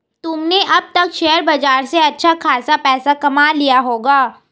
तुमने अब तक शेयर बाजार से अच्छा खासा पैसा कमा लिया होगा